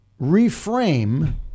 reframe